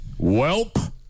Welp